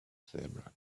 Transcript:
zebra